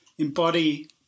embody